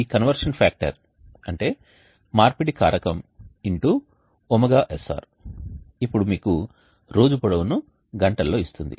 ఈ conversion factor మార్పిడి కారకం X ωsr ఇప్పుడు మీకు రోజు పొడవును గంటలలో ఇస్తుంది